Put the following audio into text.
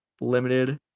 limited